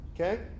Okay